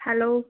hello